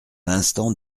l’instant